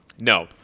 No